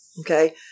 Okay